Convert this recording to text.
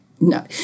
No